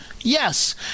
Yes